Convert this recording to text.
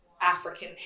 African